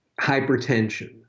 Hypertension